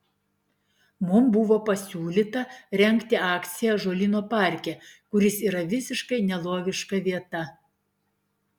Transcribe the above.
mums buvo pasiūlyta rengti akciją ąžuolyno parke kuris yra visiškai nelogiška vieta